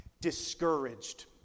discouraged